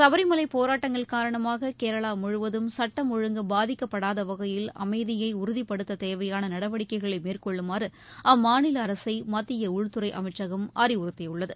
சபரிமலை போராட்டங்கள் காரணமாக கேரளா முழுவதும் சட்டம் ஒழுங்கு பாதிக்கப்படாத வகையில் அமைதியை உறுதிப்படுத்த தேவையான நடவடிக்கைகளை மேற்கொள்ளுமாறு அம்மாநில அரசை மத்திய உள்துறை அமைச்சகம் அறிவுறுத்தியுள்ளது